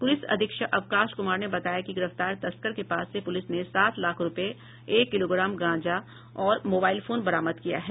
police अधीक्षक अवकाश कुमार ने बताया कि गिरफ्तार तस्कर के पास से पूलिस ने सात लाख रूपये एक किलोग्राम गांजा और मोबाइल फोन बरामद किया है